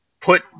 put